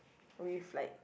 with like